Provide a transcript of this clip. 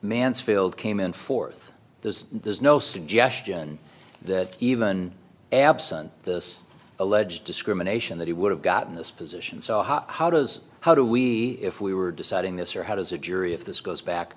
mansfield came in fourth the there's no suggestion that even absent this alleged discrimination that he would have gotten this position so hot how does how do we if we were deciding this or how does a jury if this goes back